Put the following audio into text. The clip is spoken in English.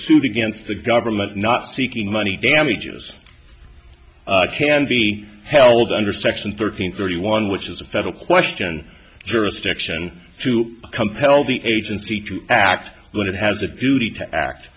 suit against the government not seeking money damages can be held under section thirteen thirty one which is a federal question jurisdiction to compel the agency to act when it has the duty to act